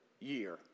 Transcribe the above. year